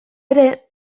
ere